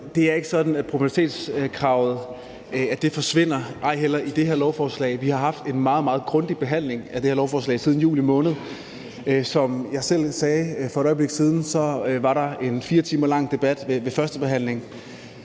Det er ikke sådan, at proportionalitetskravet forsvinder, ej heller i det her lovforslag. Vi har haft en meget, meget grundig behandling af det her lovforslag siden juli måned. Som jeg selv sagde for et øjeblik siden, var der en 4 timer lang debat ved førstebehandlingen.